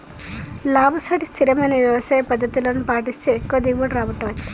లాభసాటి స్థిరమైన వ్యవసాయ పద్దతులను పాటిస్తే ఎక్కువ దిగుబడి రాబట్టవచ్చు